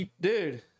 dude